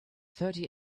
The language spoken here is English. thirty